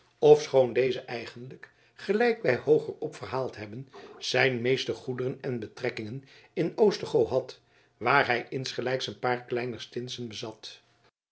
ofschoon deze eigenlijk gelijk wij hoogerop verhaald hebben zijn meeste goederen en betrekkingen in oostergoo had waar hij insgelijks een paar kleiner stinsen bezat